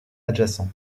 adjacent